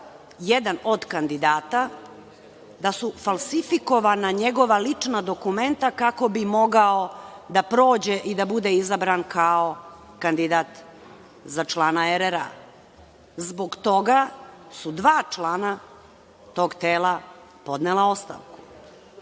jedan od kandidata, da su falsifikovana njegova lična dokumenta, kako bi mogao da prođe i da bude izabran kao kandidat za člana RRA. Zbog toga su dva člana tog tela podnela ostavku.